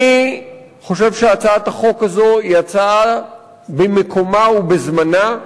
אני חושב שהצעת החוק הזאת היא הצעה במקומה ובזמנה,